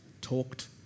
talked